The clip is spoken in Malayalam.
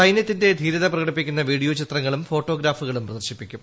സൈനൃത്തിന്റെ ധീരത പ്രകടിപ്പിക്കുന്ന വീഡിയോ ചിത്രങ്ങളും ഫോട്ടോഗ്രാഫുകളും പ്രദർശിപ്പിക്കും